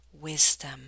wisdom